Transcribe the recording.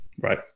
Right